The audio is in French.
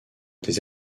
des